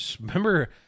remember